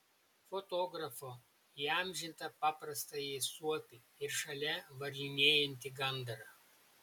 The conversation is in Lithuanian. fotografo įamžintą paprastąjį suopį ir šalia varlinėjantį gandrą